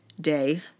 Day